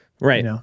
Right